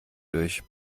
durch